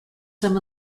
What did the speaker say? some